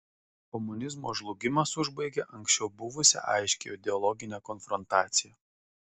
komunizmo žlugimas užbaigė anksčiau buvusią aiškią ideologinę konfrontaciją